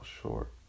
short